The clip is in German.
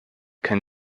kein